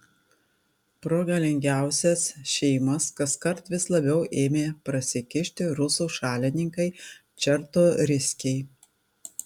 pro galingiausias šeimas kaskart vis labiau ėmė prasikišti rusų šalininkai čartoriskiai